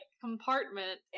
compartment